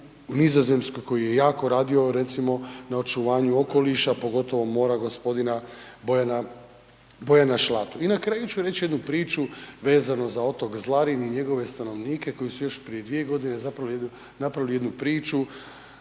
u Nizozemskoj, koji je jako radio recimo na očuvanju okoliša, pogotovo mora, gospodina Boyana, Boyana Slatu. I na kraju ću reći jednu priču vezano za otok Zlarin i njegove stanovnike koji su još prije dvije godine zapravo napravili jednu priču